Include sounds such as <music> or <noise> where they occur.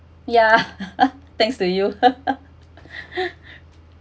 ya <laughs> thanks to you